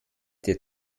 der